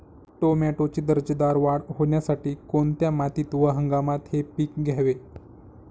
टोमॅटोची दर्जेदार वाढ होण्यासाठी कोणत्या मातीत व हंगामात हे पीक घ्यावे?